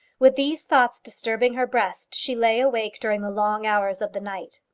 with these thoughts disturbing her breast she lay awake during the long hours of the night.